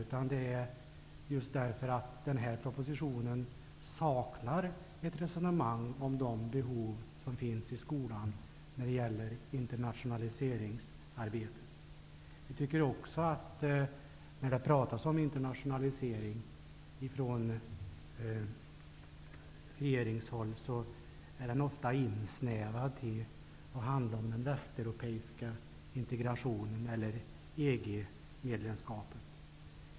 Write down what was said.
Bakgrunden är i stället att det i propositionen saknas ett resonemang om skolans behov av internationalisering. När regeringen pratar om internationalisering är det ofta i insnävad form om den västeuropeiska integrationen eller EG-medlemskapet.